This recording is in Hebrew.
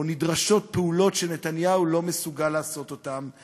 או: נדרשות פעולות שנתניהו לא מסוגל לעשות אותן.